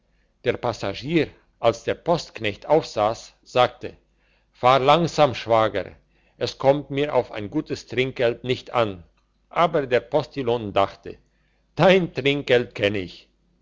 der passagier als der postknecht aufsass sagte fahr langsam schwager es kommt mir auf ein gutes trinkgeld nicht an aber der postillion dachte dein trinkgeld kenn ich